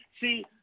see